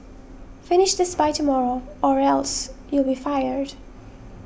finish this by tomorrow or else you'll be fired